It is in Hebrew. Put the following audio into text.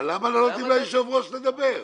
אבל למה לא נותנים ליושב-ראש לדבר?